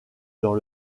dans